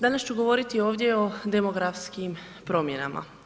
Danas ću govoriti ovdje o demografskim promjenama.